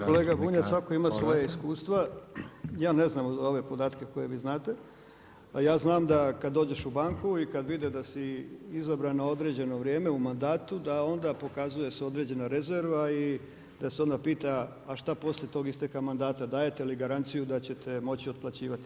kolega Bunjac svatko ima svoje iskustvo, ja ne znam ove podatke koje vi znate a ja znam da kada dođeš u banku i kada vide da si izabran na određeno vrijeme u mandatu da onda pokazuje se određena rezerva i da se onda pita a šta poslije toga isteka mandata, dajete li garanciju da ćete moći otplaćivati.